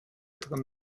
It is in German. drin